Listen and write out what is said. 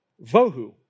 vohu